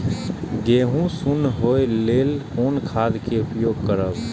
गेहूँ सुन होय लेल कोन खाद के उपयोग करब?